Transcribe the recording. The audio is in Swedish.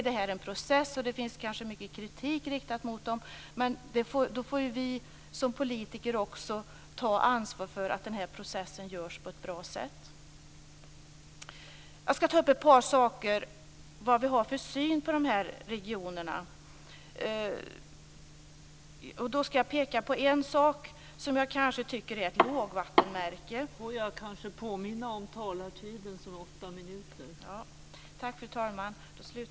Det gäller en process, och det riktas mycket kritik mot avtalen, men vi får som politiker ta ansvar för att processen genomförs på ett bra sätt.